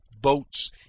boats